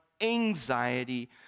anxiety